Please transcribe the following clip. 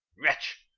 wretch,